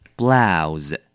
blouse